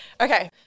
Okay